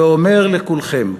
ואומר לכולכם: